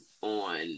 on